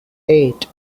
eight